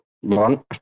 one